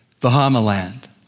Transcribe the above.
Bahamaland